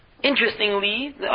interestingly